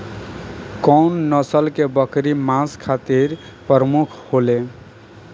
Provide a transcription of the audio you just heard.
कउन नस्ल के बकरी मांस खातिर प्रमुख होले?